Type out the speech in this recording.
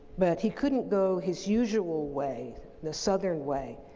but he couldn't go his usual way, the southern way,